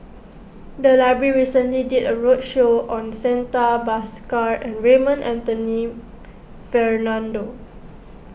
the library recently did a roadshow on Santha Bhaskar and Raymond Anthony Fernando